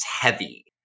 heavy